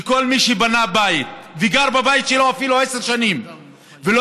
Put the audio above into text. כך שכל מי שבנה בית וגר בבית שלו אפילו עשר שנים ולא